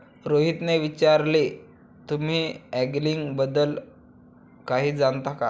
रोहितने विचारले, तुम्ही अँगलिंग बद्दल काही जाणता का?